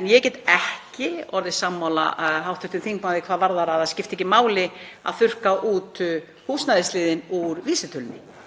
En ég get ekki orðið sammála hv. þingmanni hvað varðar að það skipti ekki máli að þurrka út húsnæðisliðinn úr vísitölunni.